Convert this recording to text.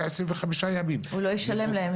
עשרים וחמישה ימים --- הוא לא ישלם להם,